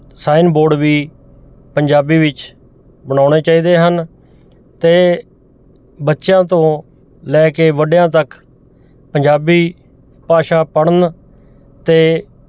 sign board ਵੀ ਪੰਜਾਬੀ ਵਿੱਚ ਬਣਾਉਣੇ ਚਾਹੀਦੇ ਹਨ ਅਤੇ ਬੱਚਿਆਂ ਤੋਂ ਲੈ ਕੇ ਵੱਡਿਆਂ ਤੱਕ ਪੰਜਾਬੀ ਭਾਸ਼ਾ ਪੜ੍ਹਨ 'ਤੇ